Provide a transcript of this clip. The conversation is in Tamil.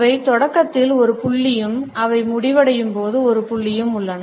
அவை தொடக்கத்தில் ஒரு புள்ளியும் அவை முடிவடையும்போது ஒரு புள்ளியும் உள்ளன